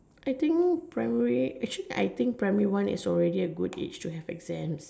I think primary actually I think primary one is already a good age to have exams